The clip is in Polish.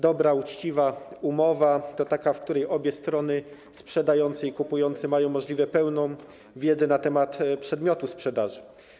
Dobra, uczciwa umowa to taka, w której obie strony - sprzedający i kupujący - mają możliwie pełną wiedzę na temat przedmiotu sprzedaży.